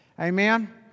amen